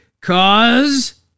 Cause